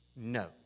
No